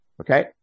Okay